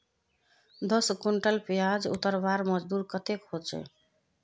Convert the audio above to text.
दस कुंटल प्याज उतरवार मजदूरी कतेक होचए?